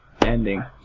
ending